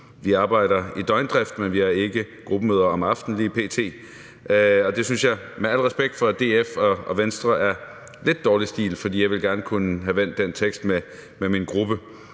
Vi arbejder i døgndrift, men vi har ikke gruppemøder om aftenen lige p.t. Det synes jeg med al respekt for DF og Venstre er lidt dårlig stil, for jeg ville gerne kunne have vendt den tekst med min gruppe.